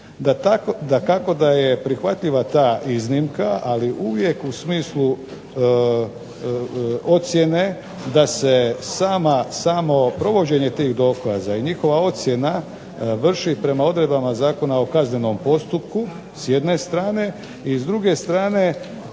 Dakako da je prihvatljiva ta iznimka, ali uvijek u smislu ocjene da se samo provođenje tih dokaza, i njihova ocjena vrši prema odredbama Zakona o kaznenom postupku s jedne strane, i s druge strane